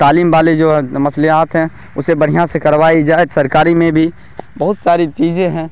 تعلیم والے جو مصلحات ہیں اسے بڑھیا سے کروائی جائے سرکاری میں بھی بہت ساری چیزیں ہیں